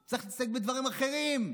צריך להתעסק בדברים אחרים,